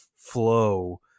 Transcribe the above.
Flow